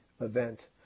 event